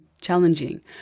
challenging